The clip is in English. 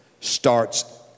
starts